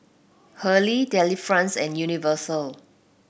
Hurley Delifrance and Universal